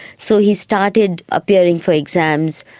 so he started appearing for exams.